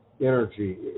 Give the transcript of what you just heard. energy